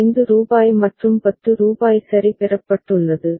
5 ரூபாய் மற்றும் 10 ரூபாய் சரி பெறப்பட்டுள்ளது